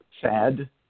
sad